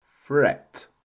fret